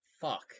Fuck